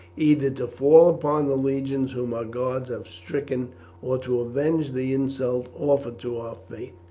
either to fall upon the legions whom our gods have stricken or to avenge the insult offered to our faith.